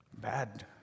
bad